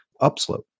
upslope